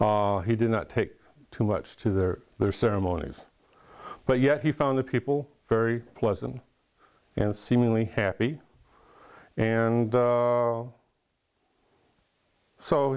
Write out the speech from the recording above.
he did not take too much to their their ceremonies but yet he found the people very pleasant and seemingly happy and